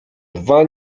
dwa